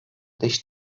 dış